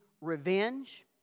revenge